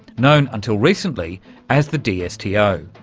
known until recently as the dsto. yeah ah